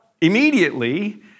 immediately